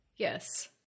Yes